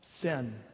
sin